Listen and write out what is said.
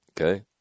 Okay